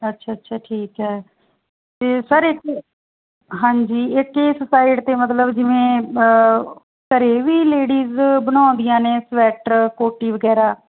ਅੱਛਾ ਅੱਛਾ ਠੀਕ ਹੈ ਅਤੇ ਸਰ ਇੱਥੇ ਹਾਂਜੀ ਇੱਥੇ ਇਸ ਸਾਈਡ 'ਤੇ ਮਤਲਬ ਜਿਵੇਂ ਘਰ ਵੀ ਲੇਡੀਜ ਬਣਾਉਂਦੀਆਂ ਨੇ ਸਵੈਟਰ ਕੋਟੀ ਵਗੈਰਾ